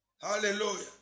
Hallelujah